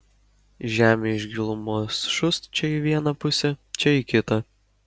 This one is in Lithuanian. žemė iš gilumos šūst čia į vieną pusę čia į kitą